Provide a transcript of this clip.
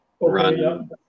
run